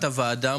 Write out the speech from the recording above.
הישיבה הבאה